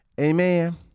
amen